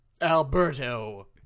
Alberto